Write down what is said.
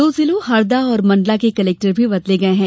दो जिलों हरदा और मंडला के कलेक्टर भी बदले गए हैं